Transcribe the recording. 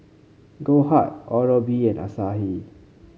Goldheart Oral B and Asahi